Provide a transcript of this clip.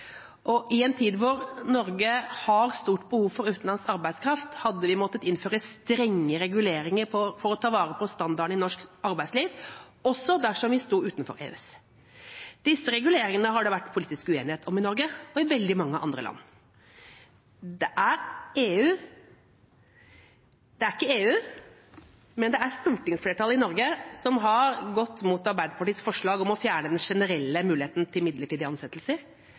og i en tid da Norge har stort behov for utenlandsk arbeidskraft, hadde vi måttet innføre strenge reguleringer for å ta vare på standarden i norsk arbeidsliv også dersom vi sto utenfor EØS. Disse reguleringene har det vært politisk uenighet om i Norge og i veldig mange andre land. Det er ikke EU, men stortingsflertallet i Norge som har gått imot Arbeiderpartiets forslag om å fjerne den generelle muligheten til midlertidige ansettelser,